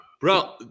bro